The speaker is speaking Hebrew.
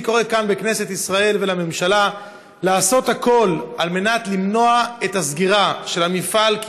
אני קורא כאן לכנסת ישראל ולממשלה לעשות הכול כדי למנוע את סגירת המפעל,